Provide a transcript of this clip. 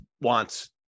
wants